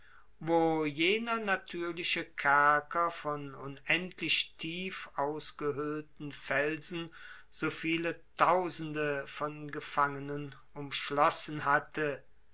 wo jener natürliche kerker von unendlich tief ausgehöhlten felsen so viele tausende von gefangenen umschlossen hatte